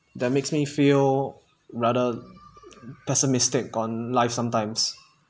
that makes me feel rather pessimistic on life sometimes